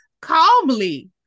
calmly